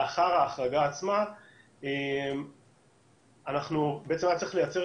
לאחר ההחרגה עצמה בעצם היה צריך לייצר